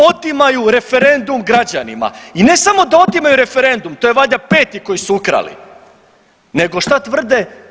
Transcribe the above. Otimaju referendum građanima i ne samo da otimaju referendum, to je valjda peti koji su ukrali, nego šta tvrde?